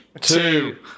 Two